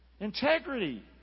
Integrity